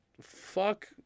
fuck